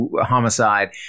homicide